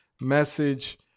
message